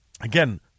Again